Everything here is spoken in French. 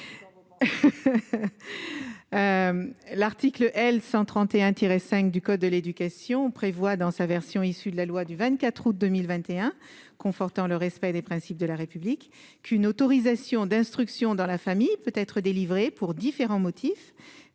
l'article L 131 tiré 5 du code de l'éducation prévoit, dans sa version issue de la loi du 24 août 2021, confortant le respect des principes de la République. Qu'une autorisation d'instruction dans la famille peut être délivré pour différents motifs,